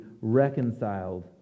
reconciled